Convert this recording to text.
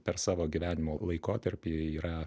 per savo gyvenimo laikotarpį yra